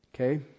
Okay